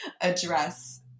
address